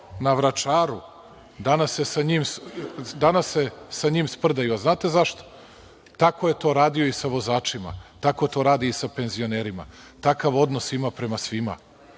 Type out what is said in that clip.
na Vračaru, danas se sa njim sprda. Da li znate zašto? Tako je to rado i sa vozačima, tako to radi i sa penzionerima. Takav odnos ima prema svima.